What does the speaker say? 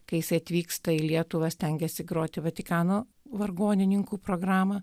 kai jisai atvyksta į lietuvą stengiasi groti vatikano vargonininkų programą